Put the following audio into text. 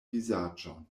vizaĝon